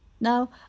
Now